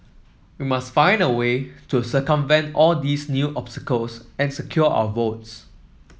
we must find a way to circumvent all these new obstacles and secure our votes